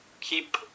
Keep